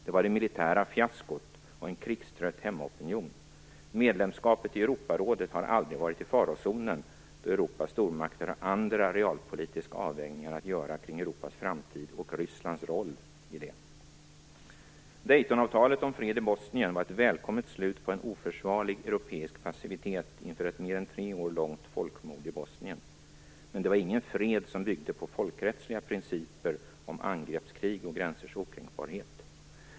Det var det militära fiaskot och en krigstrött hemmaopinion. Medlemskapet i Europarådet har aldrig varit i farozonen då Europas stormakter har andra realpolitiska avvägningar att göra kring Europas framtid och Rysslands roll i den. Daytonavtalet om fred i Bosnien var ett välkommet slut på en oförsvarlig europeisk passivitet inför ett mer än tre år långt folkmord i Bosnien. Men det var ingen fred som byggde på folkrättsliga principer om angreppskrig och gränsers okränkbarhet.